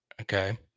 Okay